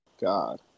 god